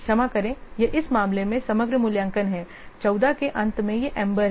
क्षमा करें यह इस मामले में समग्र मूल्यांकन है 14 के अंत में यह एम्बर है